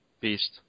Beast